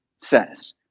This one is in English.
says